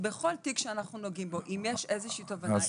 בכל תיק שאנחנו נוגעים וכשיש איזושהי תובנה,